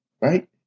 Right